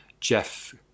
Jeff